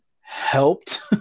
helped